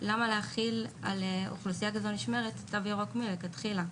למה להחיל על אוכלוסייה כזו נשמרת תו ירוק מלכתחילה?